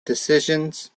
decisions